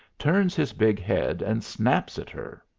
turns his big head and snaps at her.